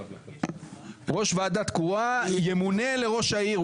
ראש וועדת קרואה ימונה לראש העיר.